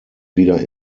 wieder